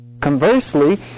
Conversely